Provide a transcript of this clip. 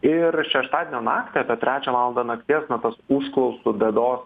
ir šeštadienio naktį apie trečią valandą nakties na tas užklausų bėdos